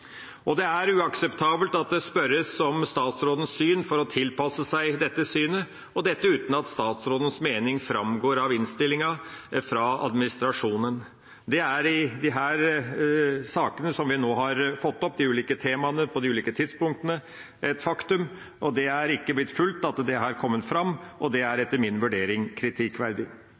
Det er uakseptabelt at det spørres om statsrådens syn for å tilpasse seg dette synet – og dette uten at statsrådens mening framgår av innstillinga fra administrasjonen. Det er i disse sakene som vi nå har fått opp, de ulike temaene på de ulike tidspunktene, et faktum, og det er ikke blitt fulgt at det har kommet fram, og det er